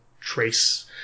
trace